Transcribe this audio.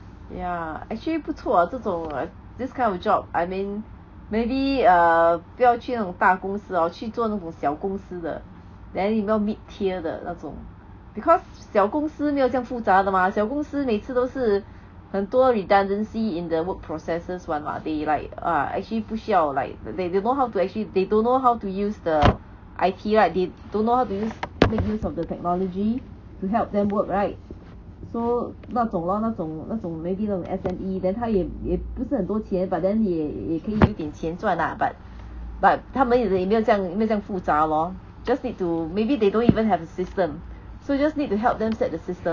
ya actually 不错 ah 这种 like this kind of job I mean maybe err 不要去那种大公司哦去做那种小公司的 then you know mid tier 的那种 because 小公司没有这样复杂的吗小公司每次都是很多 redundancy in the work processes [one] [what] they like ah actually 不需要 like they don't know how to actually they don't know how to use the I_T like they don't know how to use make use of the technology to help them work right so 那种 lor 那种那种 maybe 那种 S_M_E then 他也也不是很多钱 but then 也也可以一点钱赚 lah but but 他们也没有这样也没有这样复杂咯 just need to maybe they don't even have a system so just need to help them set a system